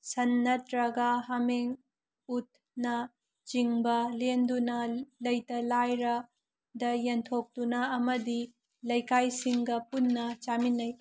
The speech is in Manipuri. ꯁꯟ ꯅꯠꯇ꯭ꯔꯒ ꯍꯥꯃꯦꯡ ꯎꯠꯅꯆꯤꯡꯕ ꯂꯦꯟꯗꯨꯅ ꯂꯩꯇ ꯂꯥꯏꯔꯗ ꯌꯦꯟꯊꯣꯛꯇꯨꯅ ꯑꯃꯗꯤ ꯂꯩꯀꯥꯏꯁꯤꯡꯒ ꯄꯨꯟꯅ ꯆꯥꯃꯤꯟꯅꯩ